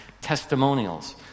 testimonials